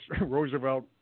Roosevelt